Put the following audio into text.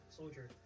soldier